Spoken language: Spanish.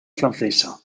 francesa